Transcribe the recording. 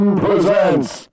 presents